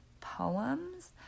poems